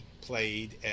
played